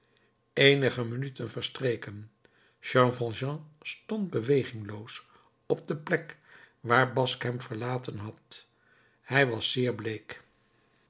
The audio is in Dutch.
eenige minuten verstreken jean valjean stond bewegingloos op de plek waar basque hem verlaten had hij was zeer bleek